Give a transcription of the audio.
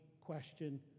question